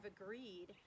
agreed